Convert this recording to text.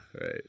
right